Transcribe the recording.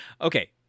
Okay